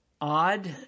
odd